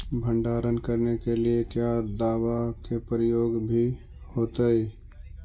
भंडारन करने के लिय क्या दाबा के प्रयोग भी होयतय?